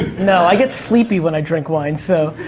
no, i get sleepy when i drink wine, so,